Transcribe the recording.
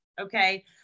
okay